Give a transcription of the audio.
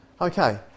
Okay